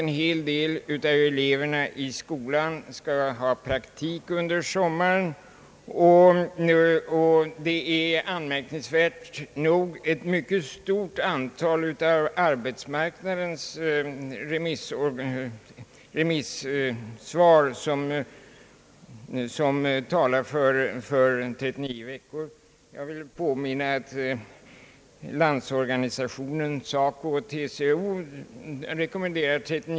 En hel del av eleverna i skolan skall ju praktisera under sommaren, och anmärkningsvärt nog förordas: 39 veckors skolår i ett stort antal av arbetsmarknadens remissvar. Jag kan nämna att LO, SACO och TCO rekommenderar det.